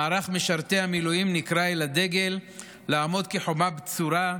מערך משרתי המילואים נקרא אל הדגל לעמוד כחומה בצורה,